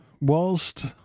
whilst